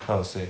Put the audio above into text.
how to say